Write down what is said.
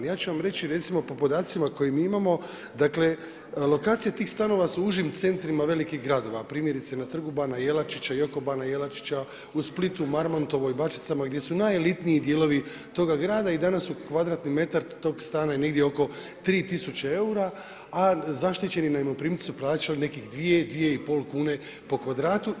Ja ću vam reći recimo po podacima koje mi imamo dakle lokacija tih stanova su u užim centrima velikih gradova, primjerice na Trgu bana Jelačića i oko bana Jelačića, u Splitu u Marmontovoj, Bačvicama gdje su najelitniji dijelovi toga grada i danas su kvadratni metar tog stana je negdje oko tri tisuće eura, a zaštićeni najmoprimci su plaćali nekih dvije, dvije i pol kune po kvadratu.